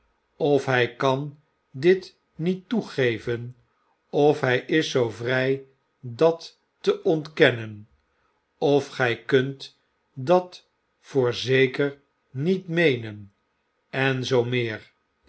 of hij kan dit niet toegeven of hij is zoo vrij dat te ontkennen of gij kunt dat voorzeker niet meenen en zoomeer eens